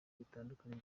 bitandukanye